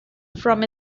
from